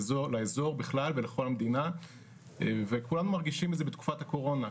לאזור בכלל ולכל המדינה וכולנו מרגישים את זה בתקופת הקורונה.